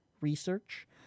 Research